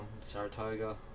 Saratoga